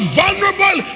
vulnerable